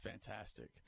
fantastic